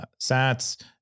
sats